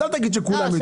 אז אל תגיד שכולם מבינים.